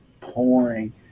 pouring